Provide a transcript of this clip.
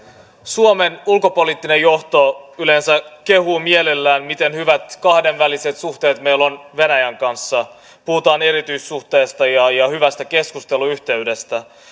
suomen ulkopoliittinen johto yleensä kehuu mielellään miten hyvät kahdenväliset suhteet meillä on venäjän kanssa puhutaan erityissuhteesta ja hyvästä keskusteluyhteydestä